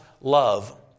love